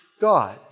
God